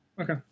Okay